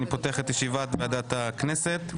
אני פותח את ישיבת ועדת הכנסת,